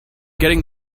getting